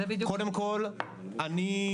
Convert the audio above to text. קודם כל אני,